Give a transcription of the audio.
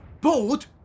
Bored